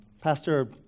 pastor